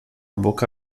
boca